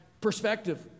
perspective